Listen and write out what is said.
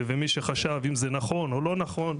ומי שחשב אם זה נכון או לא נכון,